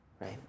right